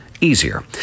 easier